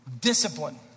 discipline